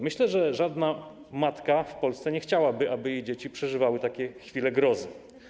Myślę, że żadna matka w Polsce nie chciałaby, aby jej dzieci przeżywały takie chwile grozy.